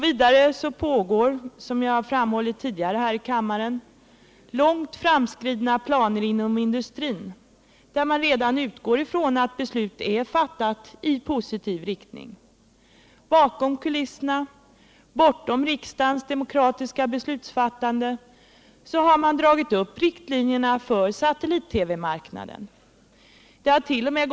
Vidare finns — som jag framhållit tidigare här i kammaren — långt framskridna planer inom industrin, där man redan utgår från att beslut är fattat i positiv riktning. Bakom kulisserna — bortom riksdagens demokratiska beslutsfattande — har man dragit upp riktlinjerna för satellit-TV marknaden. Det hart.o.m.